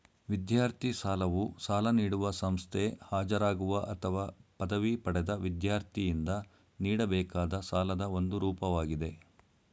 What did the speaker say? ವಿದ್ಯಾರ್ಥಿ ಸಾಲವು ಸಾಲ ನೀಡುವ ಸಂಸ್ಥೆ ಹಾಜರಾಗುವ ಅಥವಾ ಪದವಿ ಪಡೆದ ವಿದ್ಯಾರ್ಥಿಯಿಂದ ನೀಡಬೇಕಾದ ಸಾಲದ ಒಂದು ರೂಪವಾಗಿದೆ